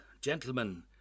gentlemen